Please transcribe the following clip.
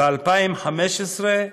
וב-2015,